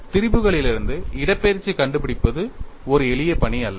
திரிபுலிருந்து இடப்பெயர்ச்சி கண்டுபிடிப்பது ஒரு எளிய பணி அல்ல